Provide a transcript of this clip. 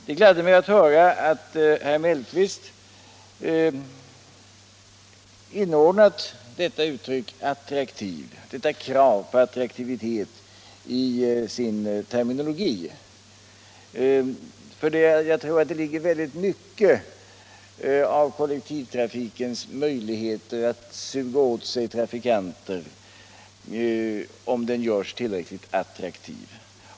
Det gladde mig att höra att herr Mellqvist inordnade kravet på attraktivitet i sin terminologi. Jag tror nämligen att mycket av kollektivtrafikens möjligheter att suga åt sig trafikanter ligger i att den kan göras tillräckligt attraktiv.